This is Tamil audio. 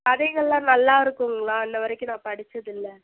கதைகள்லாம் நல்லா இருக்குங்களா இன்ன வரைக்கும் நான் படிச்சதில்லை